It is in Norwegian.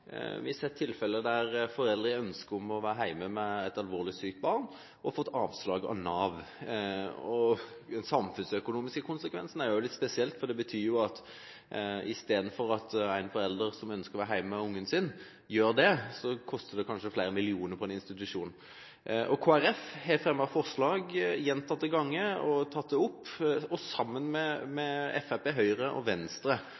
Vi har sett tilfeller der foreldre har ønsket å være hjemme med et alvorlig sykt barn og har fått avslag av Nav. De samfunnsøkonomiske konsekvensene er spesielle, for det betyr jo at i stedet for at en forelder som ønsker å være hjemme med ungen sin, kan være det, så koster det kanskje flere millioner på en institusjon. Kristelig Folkeparti har fremmet forslag gjentatte ganger, tatt det opp, og vi har sammen med Fremskrittspartiet, Høyre og Venstre